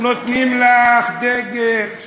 נותנים לך דגל, שנייה,